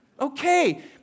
okay